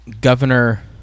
Governor